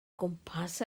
gwmpas